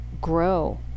grow